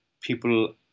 people